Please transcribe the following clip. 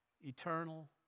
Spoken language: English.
eternal